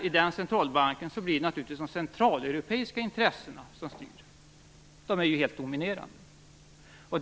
I denna centralbank blir det naturligtvis de centraleuropeiska intressena som kommer att styra, för de är ju helt dominerande.